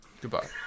Goodbye